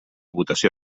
votació